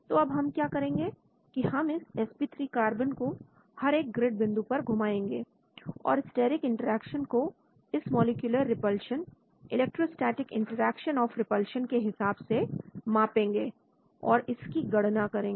तो अब हम क्या करेंगे कि हम इस sp3 कार्बन को हर एक ग्रिड बिंदु पर घुमाएंगे और स्टेरिक इंटरेक्शन को इस molecular repulsion electrostatic interaction of repulsion के हिसाब से मांपेंगे और इसकी गणना करेंगे